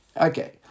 Okay